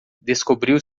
descobriu